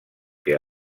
que